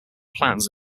plans